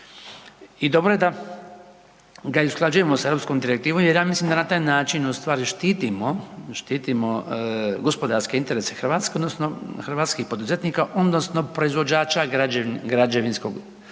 i dobro je da ga usklađujemo sa europskom direktivom jer ja mislim da na taj način ustvari štitimo gospodarske interese Hrvatske odnosno hrvatskih poduzetnika odnosno proizvođača građevinskih